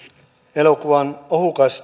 elokuvan ohukainen